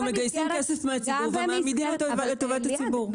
אנחנו מגייסים כסף מהציבור ומעמידים אותו לטובת הציבור.